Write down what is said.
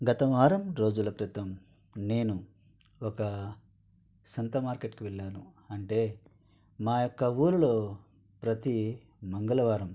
గత వారం రోజుల క్రితం నేను ఒక సంత మార్కెట్కి వెళ్ళాను అంటే మాయొక్క ఊళ్ళో ప్రతీ మంగళవారం